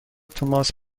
thomas